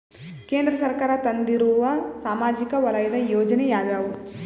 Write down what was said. ಕೇಂದ್ರ ಸರ್ಕಾರ ತಂದಿರುವ ಸಾಮಾಜಿಕ ವಲಯದ ಯೋಜನೆ ಯಾವ್ಯಾವು?